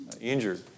injured